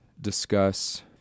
discuss